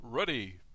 Ready